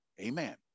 Amen